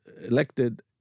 elected